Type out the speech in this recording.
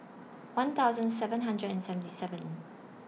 one thousand seven hundred and seventy seven